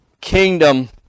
kingdom